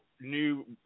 new